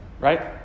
right